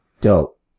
Dope